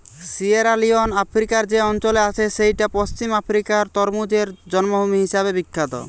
Sierra Leone আফ্রিকার যে অঞ্চলে আছে সেইটা পশ্চিম আফ্রিকার তরমুজের জন্মভূমি হিসাবে বিখ্যাত